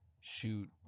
Shoot